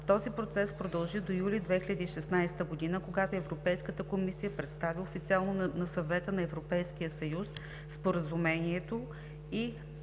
Този процес продължава до юли 2016 г., когато Европейската комисия представя официално на Съвета на Европейския съюз Споразумението и